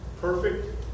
Perfect